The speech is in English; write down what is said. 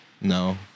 No